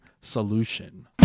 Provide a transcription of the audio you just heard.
solution